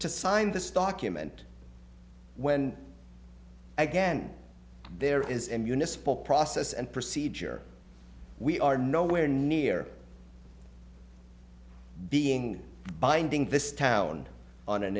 to sign this document when again there is a municipal process and procedure we are nowhere near being binding this talent on an